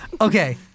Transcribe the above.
Okay